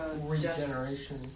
Regeneration